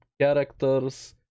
characters